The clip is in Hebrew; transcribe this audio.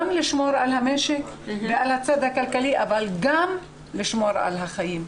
גם לשמור על המשק ועל הצד הכלכלי אבל גם לשמור על החיים.